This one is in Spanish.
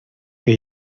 que